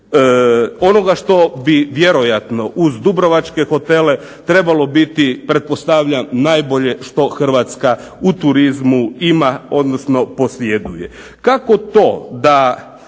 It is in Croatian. Onoga što bi vjerojatno uz dubrovačke hotele trebalo biti pretpostavljam najbolje što Hrvatska u turizmu ima, odnosno posjeduje. Kako to da